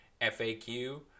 FAQ